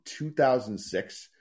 2006